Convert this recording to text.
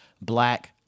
Black